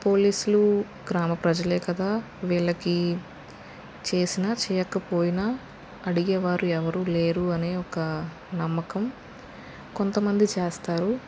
పోలీసులు గ్రామ ప్రజలు కదా వీళ్ళకి చేసిన చేయక పోయిన అడిగే వారు ఎవరు లేరు అనే ఒక నమ్మకం కొంత మంది చేస్తారు